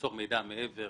למסור מידע מעבר